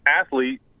athlete